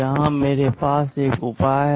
यहाँ मेरे पास एक उपाय है